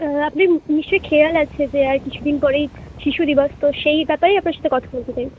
আপনার নিশ্চয়ই খেয়াল আছে যে আর কিছুদিন পরেই শিশুদিবস তো সেই ব্যাপারেই আপনার সাথে কথা বলতে চাই